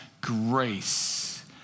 grace